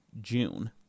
June